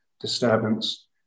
disturbance